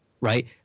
right